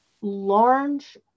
large